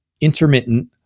intermittent